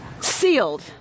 sealed